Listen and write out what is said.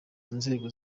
nzego